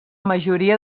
majoria